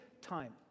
time